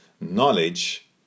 knowledge